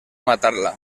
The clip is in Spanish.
matarla